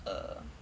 err